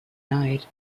night